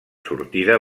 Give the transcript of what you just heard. sortida